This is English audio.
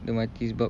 dia mati sebab